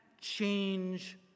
change